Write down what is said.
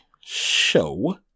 show